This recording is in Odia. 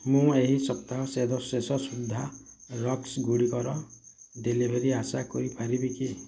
ମୁଁ ଏହି ସପ୍ତାହ ଶେଷ ସୁଦ୍ଧା ରସ୍କ୍ ଗୁଡ଼ିକର ଡେଲିଭରି ଆଶା କରିପାରିବି କି